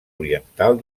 oriental